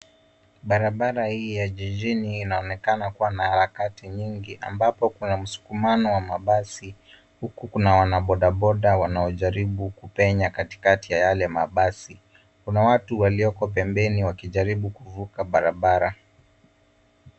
Barabara hii ya jijini inaonekana kuwa na harakati nyingi ambapo msukumano wa mabasi, huku kuna wana bodaboda wanaojaribu kupenya katikati ya yale mabasi. Kuna watu walioko pembeni wakijaribu kuvuka barabara